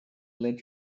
let